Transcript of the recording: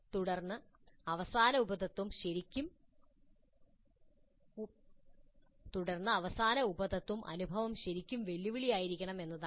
തുടർന്ന് അവസാന ഉപതത്ത്വം അനുഭവം ശരിക്കും വെല്ലുവിളിയായിരിക്കണം എന്നതാണ്